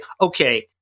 okay